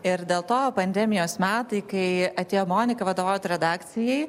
ir dėl to pandemijos metai kai atėjo monika vadovaut redakcijai